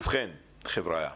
ובכן, חברי'ה,